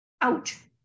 ouch